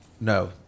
No